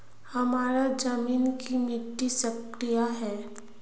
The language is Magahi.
हमार जमीन की मिट्टी क्षारीय है?